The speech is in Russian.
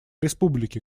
республики